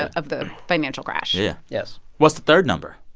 of the financial crash yeah yes what's the third number?